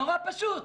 נורא פשוט,